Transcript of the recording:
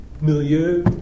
milieu